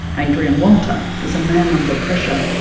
adrian walter is a man under pressure.